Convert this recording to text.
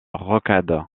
rocade